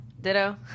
Ditto